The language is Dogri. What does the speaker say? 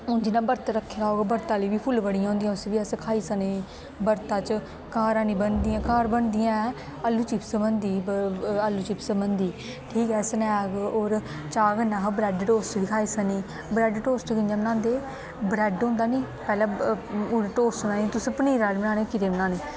हून जियां बरत रक्खे दा होग बरत आह्ली बी फुल्लबड़ियां होंदियां उस्सी बी अस खाई सकने बरतै च घर हैन्नी बनदियां घर बनदियां हैं आलू चिप्स बनदी आलू चिप्स बनदी ठीक ऐ स्नैक होर चाह् कन्नै अह् ब्रेड टोस्ट बी खाई सकने ब्रेड टोस्ट कि'यां बनांदे ब्रेड होंदा निं पैह्लें टोस्ट बनाने तुसें पनीरा दे बनाने केह्दे बनाने